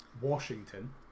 Washington